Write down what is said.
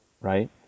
right